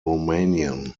romanian